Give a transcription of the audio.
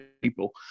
people